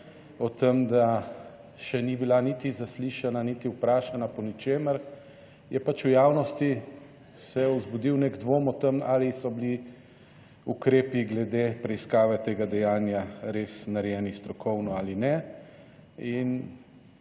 o tem, da še ni bila niti zaslišana niti vprašana po ničemer, je v javnosti se vzbudil nek dvom o tem ali so bili ukrepi glede preiskave tega dejanja res narejeni strokovno ali ne.